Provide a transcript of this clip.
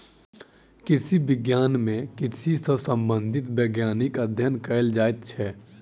कृषि विज्ञान मे कृषि सॅ संबंधित वैज्ञानिक अध्ययन कयल जाइत छै